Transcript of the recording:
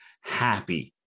happy